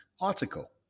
article